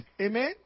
Amen